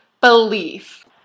belief